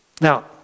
Now